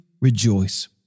rejoice